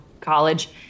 college